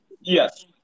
yes